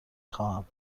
خواهم